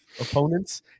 opponents